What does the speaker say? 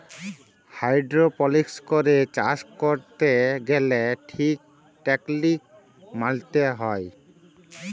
hydroponics করে চাষ ক্যরতে গ্যালে ঠিক টেকলিক মলতে হ্যয়